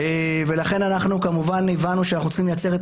ולכן כמובן הבנו שאנחנו צריכים לייצר את